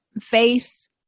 face